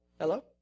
Hello